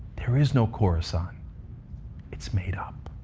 there is no khorasan. it's made up.